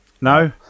no